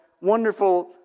wonderful